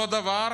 אותו דבר